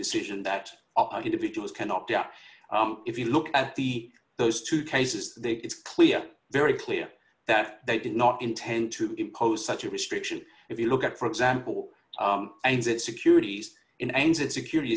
decision that individuals can opt out if you look at the those two cases it's clear very clear that they did not intend to impose such a restriction if you look at for example and that securities in n z security